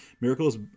Miracles